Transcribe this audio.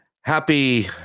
Happy